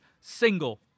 single